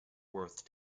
worth